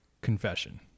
confession